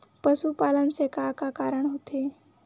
पशुपालन से का का कारण होथे?